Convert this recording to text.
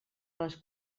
les